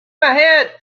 ahead